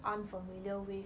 unfamiliar with